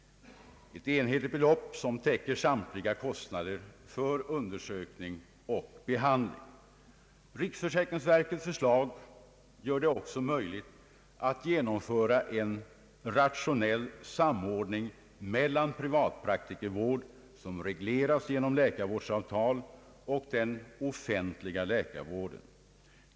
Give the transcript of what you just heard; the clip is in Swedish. Dessa enhetliga belopp täcker samtliga kostnader för undersökning och behandling. Riksförsäkringsverkets förslag gör det också möjligt att genomföra en rationell samordning mellan privatpraktikervård, som regleras genom läkarvårdsavtal, och den offentliga läkarvården.